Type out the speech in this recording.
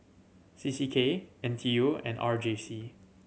C C K N T U and R J C